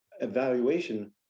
evaluation